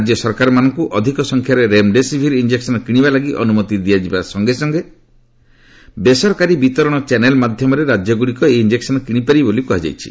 ରାଜ୍ୟ ସରକାରଗୁଡ଼ିକୁ ଅଧିକ ସଂଖ୍ୟାରେ ରେମ୍ଡେସିଭିର୍ ଇଞ୍ଜେକ୍ସନ୍ କିଣିବା ଲାଗି ଅନୁମତି ଦିଆଯିବା ସଙ୍ଗେ ସଙ୍ଗେ ବେସରକାରୀ ବିତରଣ ଚ୍ୟାନେଲ୍ ମାଧ୍ୟମରେ ରାଜ୍ୟଗୁଡ଼ିକ ଏହି ଇଞ୍ଜେକ୍ସନ୍ କିଣିପାରିବେ ବୋଲି କୃହାଯାଇଛି